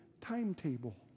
timetable